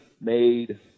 made